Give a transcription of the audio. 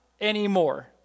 anymore